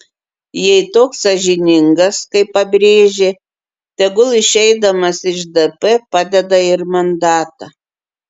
jei toks sąžiningas kaip pabrėžė tegul išeidamas iš dp padeda ir mandatą